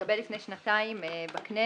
שהתקבל לפני שנתיים בכנסת,